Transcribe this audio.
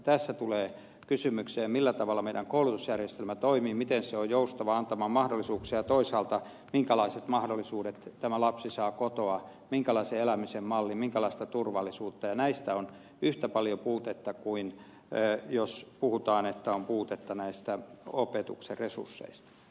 tässä tulee kysymykseen millä tavalla meidän koulutusjärjestelmämme toimii miten se on joustava antamaan mahdollisuuksia toisaalta minkälaiset mahdollisuudet tämä lapsi saa kotoa minkälaisen elämisen mallin minkälaista turvallisuutta ja näistä on yhtä paljon puutetta kuin jos puhutaan että on puutetta näistä opetuksen resursseista